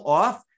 off